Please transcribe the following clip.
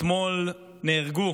אתמול נהרגו